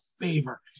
favor